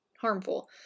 harmful